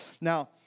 Now